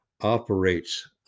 operates